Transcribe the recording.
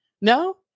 No